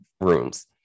rooms